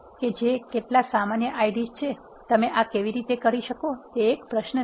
કે જે કેટલાક સામાન્ય Ids છે તમે આ કેવી રીતે કરો છો તે પ્રશ્ન છે